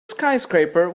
skyscraper